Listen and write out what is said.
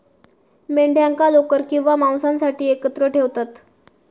मेंढ्यांका लोकर किंवा मांसासाठी एकत्र ठेवतत